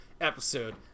episode